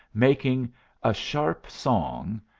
making a sharp song,